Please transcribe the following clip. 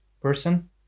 person